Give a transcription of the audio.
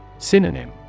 Synonym